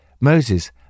Moses